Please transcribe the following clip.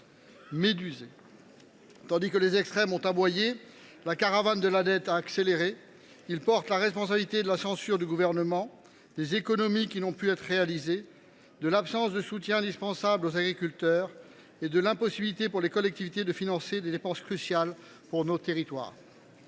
Tandis que les extrêmes ont aboyé, la caravane de la dette a accéléré. Ils portent la responsabilité de la censure d’un gouvernement, des économies qui n’ont pu être réalisées, de l’absence de soutiens indispensables aux agriculteurs et de l’impossibilité pour les collectivités de financer des dépenses cruciales pour nos territoires.